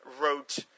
wrote –